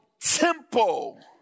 temple